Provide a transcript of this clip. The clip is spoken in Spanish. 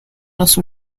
los